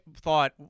thought